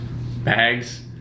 Bags